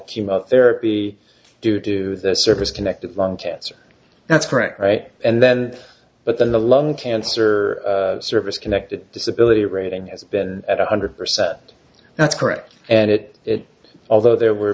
chemotherapy due to the service connected lung cancer that's correct right and then but then the lung cancer service connected disability rating has been at one hundred percent that's correct and it although there were